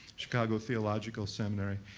chicago theological seminary.